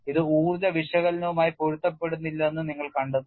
ഇത് ഊർജ്ജ വിശകലനവുമായി പൊരുത്തപ്പെടുന്നില്ലെന്ന് നിങ്ങൾ കണ്ടെത്തുന്നു